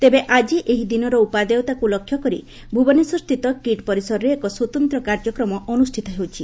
ତେବେ ଆଜି ଏହି ଦିନର ଉପାଦେୟତାକୁ ଲକ୍ଷ୍ୟ କରି ଭୁବନେଶ୍ୱରସ୍ଥିତ କିଟ୍ ପରିସରରେ ଏକ ସ୍ୱତନ୍ତ କାର୍ଯ୍ୟକ୍ରମ ଅନୁଷିତ ହେଉଛି